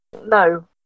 No